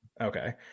Okay